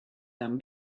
them